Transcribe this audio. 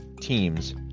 teams